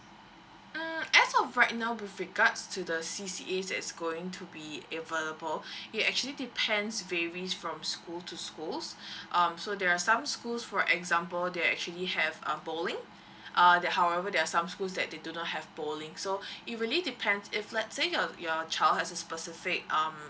mm as of right now with regards to the C C A that's going to be available they actually depends varies from schools to schools um so there are some schools for example they actually have uh bowling uh there however there are some schools that they do not have bowling so it really depends if let's say uh your child has specific um